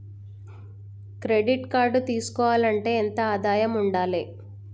Credit card తీసుకోవాలంటే ఎంత ఆదాయం ఉండాలే?